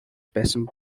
байсан